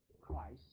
Christ